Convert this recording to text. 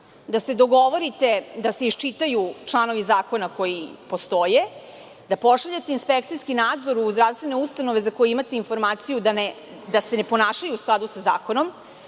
da se dogovorite da se isčitaju članovi zakona koji postoje, da pošaljete inspekcijski nadzor u zdravstvene ustanove za koje imati informaciju da se ne ponašaju u skladu sa zakonom,